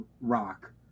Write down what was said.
rock